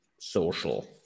social